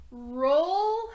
Roll-